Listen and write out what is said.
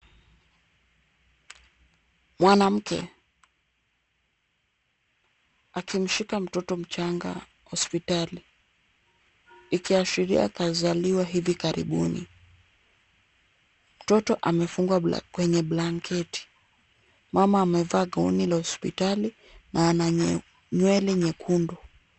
Mwanamke akimshika mtoto mchanga hospitali ikiashiria kazaliwa hivi karibuni, mtoto amefungwa kwenye blanketi, mama amevaa gauni la hospitali na ana nywele nyekundu.